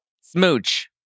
smooch